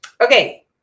Okay